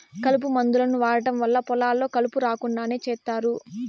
కలుపు మందులను వాడటం వల్ల పొలాల్లో కలుపు రాకుండా చేత్తారు